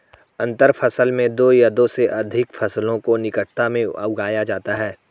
अंतर फसल में दो या दो से अघिक फसलों को निकटता में उगाया जाता है